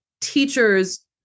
teachers